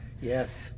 yes